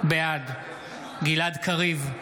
בעד גלעד קריב,